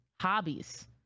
hobbies